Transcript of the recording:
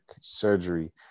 surgery